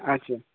আচ্ছা